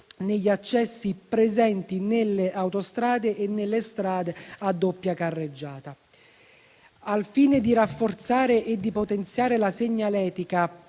negli accessi presenti nelle autostrade e nelle strade a doppia carreggiata. Al fine di rafforzare e di potenziare la segnaletica